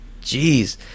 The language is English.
Jeez